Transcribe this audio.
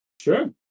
Sure